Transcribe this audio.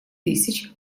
тысяч